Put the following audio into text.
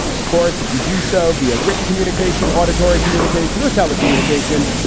of course, if you do so via written communication, auditory communication or telecommunication,